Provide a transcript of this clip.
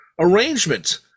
arrangement